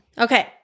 Okay